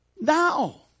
Now